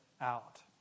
out